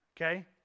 Okay